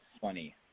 funny